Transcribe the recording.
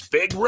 Big